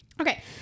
okay